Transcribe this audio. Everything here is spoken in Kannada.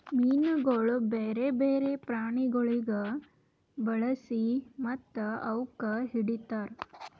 ಮೀನುಗೊಳ್ ಬ್ಯಾರೆ ಬ್ಯಾರೆ ಪ್ರಾಣಿಗೊಳಿಗ್ ಬಳಸಿ ಮತ್ತ ಅವುಕ್ ಹಿಡಿತಾರ್